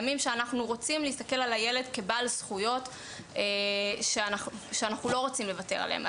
אנחנו רוצים להסתכל על הילד כבעל זכויות שאנחנו לא רוצים לוותר עליהן.